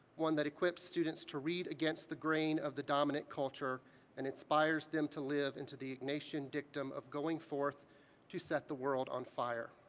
one that equips students to read against the grain of the dominant culture and inspires them to live into the ignatian dictum of going forth to set the world on fire.